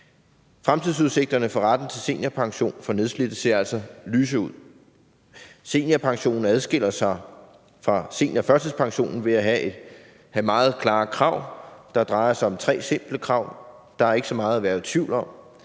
Fremtidsudsigterne for retten til seniorpension for nedslidte ser altså lyse ud. Seniorpensionen adskiller sig fra seniorførtidspensionen ved at have meget klare krav; det drejer sig om tre simple krav, der er ikke så meget at være i tvivl om.